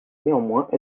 néanmoins